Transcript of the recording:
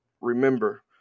remember